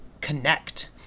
connect